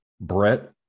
brett